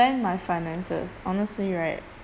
my finances honestly right